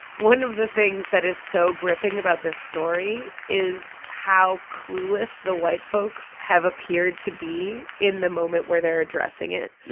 one of the things that is so gripping about this story is how clueless the white folks have appeared to be in the moment where they're addressing it.